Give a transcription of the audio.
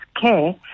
care